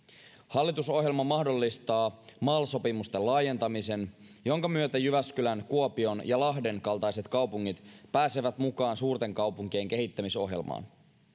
hallitusohjelma mahdollistaa mal sopimusten laajentamisen jonka myötä jyväskylän kuopion ja lahden kaltaiset kaupungit pääsevät mukaan suurten kaupunkien kehittämisohjelmaan